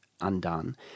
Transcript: undone